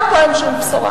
גם פה אין שום בשורה.